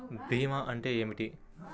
భీమా అంటే ఏమిటి?